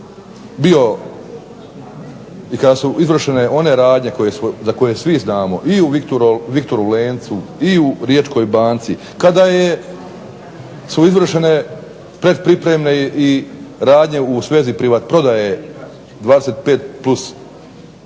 kada su izvršene one radnje za koje svi znamo i u Viktoru Lencu i u Splitskoj banci, kada su izvršene pretpripremne radnje u svezi prodaje 25+1